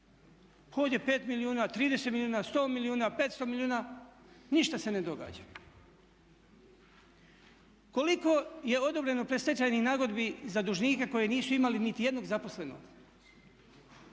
Ovdje 5 milijuna, 30 milijuna, 100 milijuna, 500 milijuna ništa se ne događa. Koliko je odobreno predstečajnih nagodbi za dužnike koji nisu imali niti jednog zaposlenog?